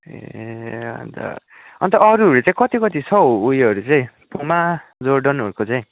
ए अन्त अन्त अरूहरूचाहिँ कति कति छ हौ उयोहरू चाहिँ पुमा जोर्डनहरूको चाहिँ